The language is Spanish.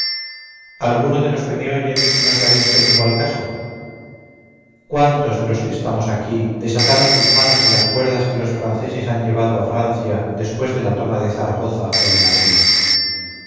alguno de los que me oyen no se ha visto en igual caso cuántos de los que estamos aquí desataron sus manos de las cuerdas que los franceses han llevado a francia después de la toma de zaragoza o de madrid